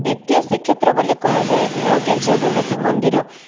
ଦ୍ୱିତୀୟ ଶ୍ରୀକ୍ଷେତ୍ର ବୋଲି କୁହାଯାଏ ନୀଳଗିରି ଜଗନ୍ନାଥ ମନ୍ଦିର